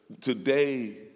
today